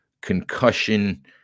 concussion